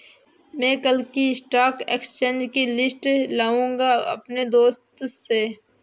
मै कल की stock exchange की लिस्ट लाऊंगा अपने दोस्त से